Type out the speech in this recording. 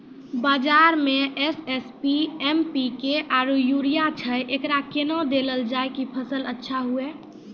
बाजार मे SSP, MPK आरु यूरिया छैय, एकरा कैना देलल जाय कि फसल अच्छा हुये?